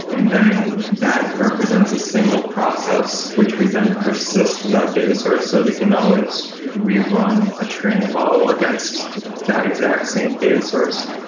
and then that represents a single process, which we then persist to that data source so that we can always rerun a training model against that exact same data source.